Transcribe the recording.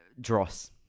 Dross